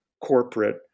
corporate